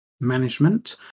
management